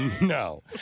No